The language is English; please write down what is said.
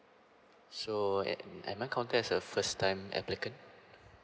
so at am I counted as first time applicant